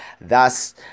Thus